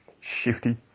shifty